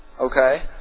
Okay